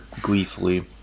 gleefully